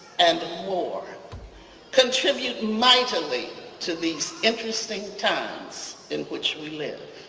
and more contribute mightily to these interesting times in which we live.